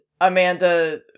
Amanda